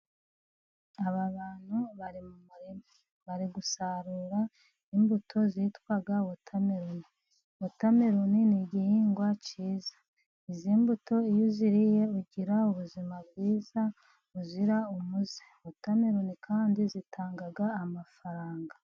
Aba bantu bari mu murima bari gusarura imbuto zitwa wotameloni, wotameloni ni igihingwa cyiza. izi mbuto iyo uziriye ugira ubuzima bwiza buzira umuze. Wotameloni kandi zitanga amafaranga.